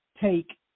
take